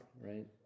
right